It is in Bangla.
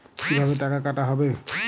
কিভাবে টাকা কাটা হবে?